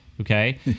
Okay